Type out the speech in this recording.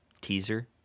teaser